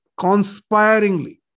conspiringly